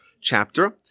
chapter